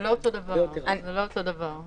שום היגיון, שבגלל שהוא עשה עבירה נוספת,